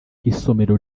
isomero